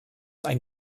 ein